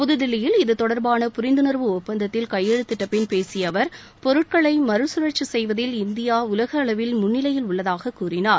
புதுதில்லியில் இது தொடர்பான புரிந்துணர்வு ஒப்பந்தத்தில் கையெழுத்திட்டபின் பேசிய அவர் பொருட்களை மறுகழற்சி செய்வதில் இந்தியா உலகளவில் முன்னிலையில் உள்ளதாக கூறினார்